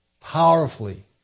powerfully